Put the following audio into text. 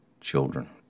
children